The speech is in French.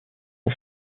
aux